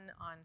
on